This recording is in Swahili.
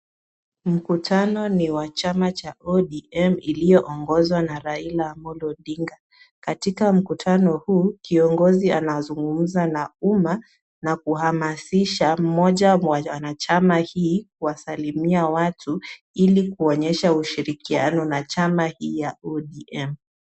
Mkutano ni wa chama cha ODM, uliyoongozwa na Raila Amolo Odinga. Katika mkutano huu, kiongozi anazungumza na umma na kuhamasisha mmoja wa wanachama hii kuwasalimia watu, ili kuonyesha ushirikiano na chama hii ya ODM.